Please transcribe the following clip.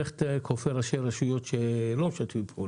איך אתה כופה ראשי רשויות שלא משתפים פעולה?